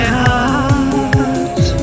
heart